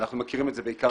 אנחנו מכירים את זה בעיקר